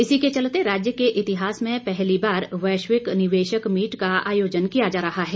इसी के चलते राज्य के इतिहास में पहली बार वैश्विक निवेशक मीट का आयोजन किया जा रहा है